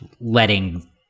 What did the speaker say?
letting